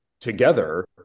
together